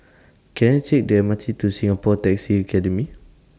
Can I Take The M R T to Singapore Taxi Academy